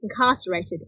incarcerated